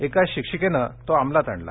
एका शिक्षिकेनं तो अमलात आणला